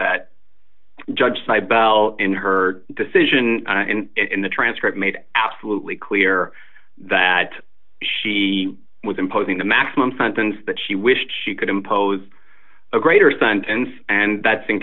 that judge cy bell in her decision and in the transcript made absolutely clear that she was imposing the maximum sentence that she wished she could impose a greater sentence and that's in